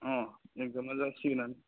अ एक्जामा जासिगोनानो